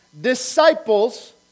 disciples